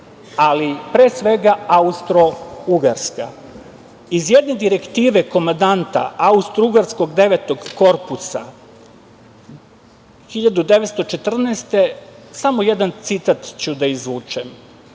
ali pre svega Austro-ugarska. Iz jedne direktive komandanta Austro-ugarskog devetog korpusa, 1914. godine, samo jedan citat ću da izvučem